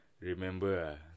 remember